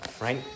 right